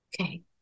okay